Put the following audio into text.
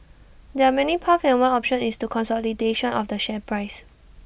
there're many paths and one option is consolidation of the share price